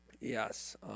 Yes